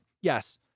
yes